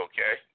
Okay